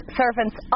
servants